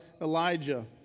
Elijah